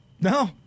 No